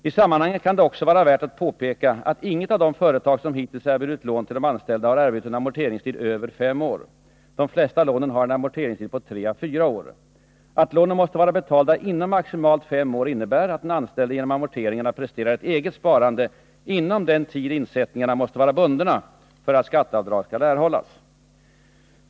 I sammanhanget kan det också vara värt att påpeka att inget av de företag som hittills erbjudit lån till de anställda har erbjudit en amorteringstid över 5 år. De flesta lånen har en amorteringstid på 3-4 år. Att lånen måste vara betalda inom maximalt 5 år innebär att den anställde genom amorteringarna presterar ett eget sparande inom den tid insättningarna måste vara bundna för att skatteavdrag skall erhållas.